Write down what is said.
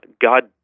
God